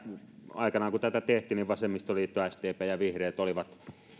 aikanaan kun tätä tehtiin ainakin vasemmistoliitto sdp ja vihreät olivat